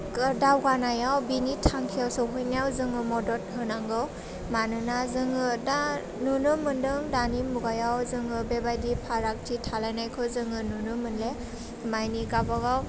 दावगानायाव बिनि थांखियाव सौहैनायाव जोङो मदद होनांगौ मानोना जोङो दा नुनो मोनदों दानि मुगायाव जोङो बेबायदिनो फारागथि थालायनायखौ जों नुनो मानि गाबागाव